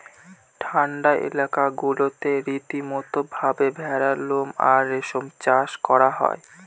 ঠান্ডা এলাকা গুলাতে রীতিমতো ভাবে ভেড়ার লোম আর রেশম চাষ করা হয়